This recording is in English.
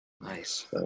Nice